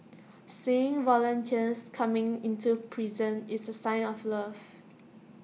seeing volunteers coming into prison is A sign of love